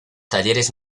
talleres